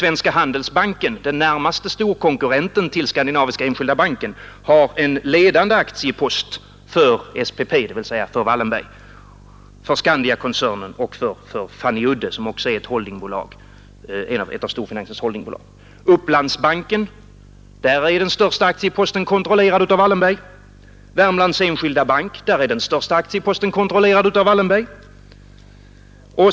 Svenska handelsbanken, den närmaste storkonkurrenten till Skandinaviska enskilda banken, har ledande aktieposter för SPP, dvs. för Wallenberg, för Skandiakoncernen och för Fannyudde, som också är ett av storfinansens holdingbolag. I Uplandsbanken och i Wermlands enskilda bank är de största aktieposterna kontrollerade av Wallenberg.